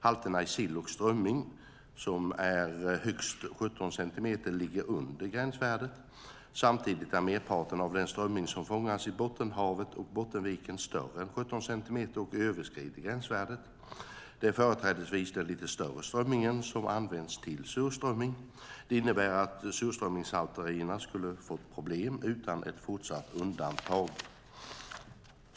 Halterna i sill och strömming som är högst 17 centimeter ligger under gränsvärdet. Samtidigt är merparten av den strömming som fångas i Bottenhavet och Bottenviken större än 17 centimeter och överskrider gränsvärdet. Det är företrädesvis den lite större strömmingen som används till surströmming. Det innebär att surströmmingssalterierna skulle ha fått problem utan ett fortsatt undantag.